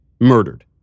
murdered